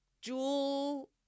jewel